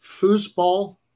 foosball